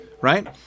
right